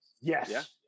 Yes